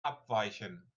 abweichen